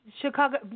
Chicago